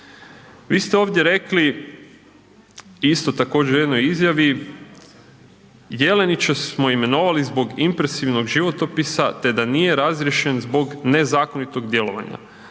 Vi ste ovdje rekli isto također u jednoj izjavi: „Jelenića smo imenovali zbog impresivnog životopisa te da nije razriješen zbog nezakonitog djelovanja.“